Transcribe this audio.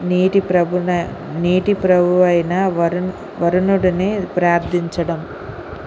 నీటి ప్రభువున నీటి ప్రభువు అయినా వరుణ్ వరుణుడిని ప్రార్థించడం